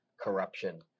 corruption